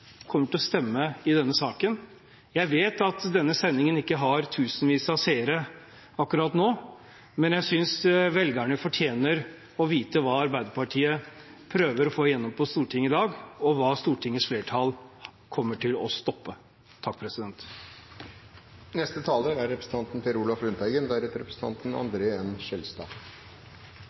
kommer til å stemme i denne saken. Jeg vet at denne sendingen ikke har tusenvis av seere akkurat nå, men jeg synes velgerne fortjener å vite hva Arbeiderpartiet prøver å få igjennom på Stortinget i dag – og hva Stortingets flertall kommer til å stoppe.